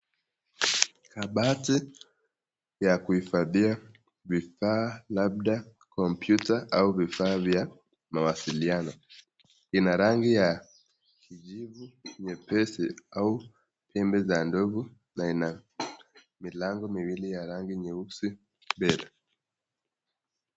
Kabati ya kuhifadhia vifaa labda kompyuta au vifaa vya mawasiliano. Ina rangi ya kijivu nyepesi au pembe za ndovu na ina milango miwili ya rangi nyeusi mbele.